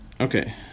Okay